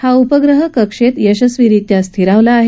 हा उपग्रह कक्षेत यशस्वीरित्या स्थिरावला आहे